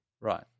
Right